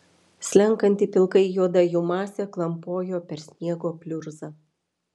slenkanti pilkai juoda jų masė klampojo per sniego pliurzą